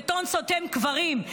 בטון סותם קברים,